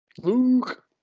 Luke